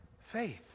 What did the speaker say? Faith